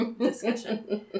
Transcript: discussion